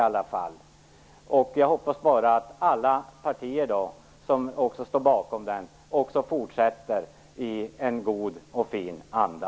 Jag hoppas bara att alla partier som står bakom överenskommelsen också fortsätter i en god och fin anda.